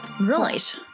Right